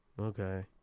okay